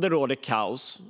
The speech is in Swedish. Det råder kaos,